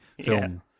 film